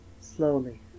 Slowly